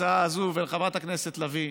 ולחברת הכנסת לביא: